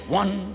one